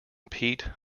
pete